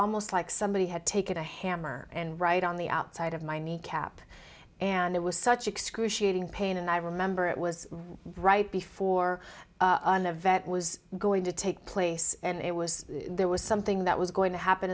almost like somebody had taken a hammer and right on the outside of my kneecap and it was such excruciating pain and i remember it was right before the vet was going to take place and it was there was something that was going to happen